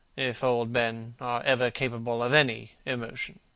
if old men are ever capable of any emotion.